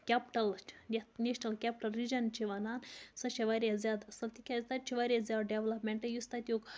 capital چھِ یَتھ national capital region چھِ وَنان سۄ چھےٚ واریاہ زیادٕ اَصٕل تِکیٛازِ تَتہِ چھُ واریاہ زیادٕ ڈٮ۪ولَپمٮ۪نٛٹ یُس تَتیُک